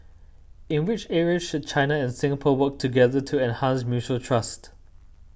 in which areas should China and Singapore work together to enhance mutual trust